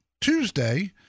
Tuesday